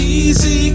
easy